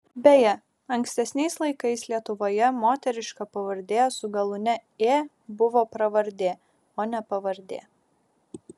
beje ankstesniais laikais lietuvoje moteriška pavardė su galūne ė buvo pravardė o ne pavardė